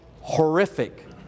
horrific